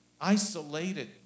isolated